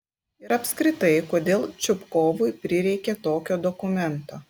ir apskritai kodėl čupkovui prireikė tokio dokumento